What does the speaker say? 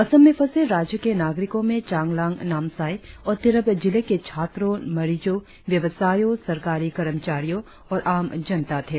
असम में फंसे राज्य के नागरिको में चांगलांग नामसाई और तिरप जिले के छात्रों मरिजो व्यावसायों सरकारी कर्मचारी और आम जनता थे